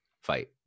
fight